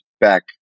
back